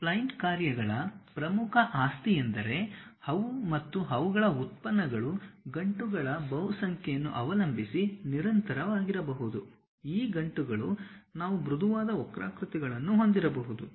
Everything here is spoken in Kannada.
ಸ್ಪ್ಲೈನ್ ಕಾರ್ಯಗಳ ಪ್ರಮುಖ ಆಸ್ತಿಯೆಂದರೆ ಅವು ಮತ್ತು ಅವುಗಳ ಉತ್ಪನ್ನಗಳು ಗಂಟುಗಳ ಬಹುಸಂಖ್ಯೆಯನ್ನು ಅವಲಂಬಿಸಿ ನಿರಂತರವಾಗಿರಬಹುದು ಈ ಗಂಟುಗಳು ನಾವು ಮೃದುವಾದ ವಕ್ರಾಕೃತಿಗಳನ್ನು ಹೊಂದಿರಬಹುದು